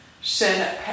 shin